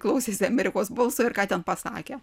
klausėsi amerikos balso ir ką ten pasakė